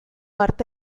arte